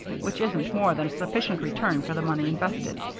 which isn't more than a sufficient return for the money invested.